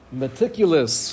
meticulous